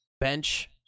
Bench